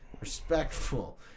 Respectful